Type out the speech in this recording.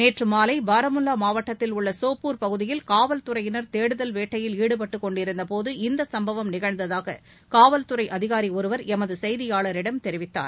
நேற்று மாலை பாரமுல்லா மாவட்டத்தில் உள்ள சோப்பூர் பகுதியில் காவல் துறையினர் தேடுதல் வேட்டையில் ஈடுபட்டு கொண்டிருந்தபோது இச்சும்பவம் நிகழ்ந்ததாக காவல் துறை அதிகாரி ஒருவர் எமது செய்தியாளரிடம் தெரிவித்தார்